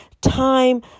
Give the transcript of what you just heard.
time